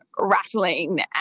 rattling